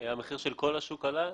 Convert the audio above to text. המחיר של כל השוק עלה.